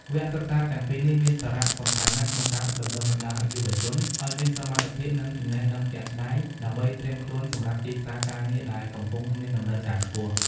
វគ្គសិក្សាទាំងពីរនេះមានសារៈសំខាន់ណាស់ក្នុងការបណ្តុះបណ្តាលយុវជនឱ្យមានសមត្ថភាព និងចំណេះដឹងជាក់ស្តែង ដើម្បីត្រៀមខ្លួនសម្រាប់ទីផ្សារការងារដែលកំពុងមានតម្រូវការខ្ពស់។